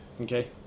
Okay